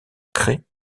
craie